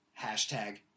hashtag